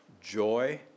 joy